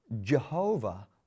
Jehovah